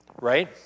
Right